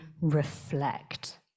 reflect